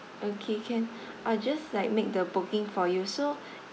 okay can I'll just like make the booking for you so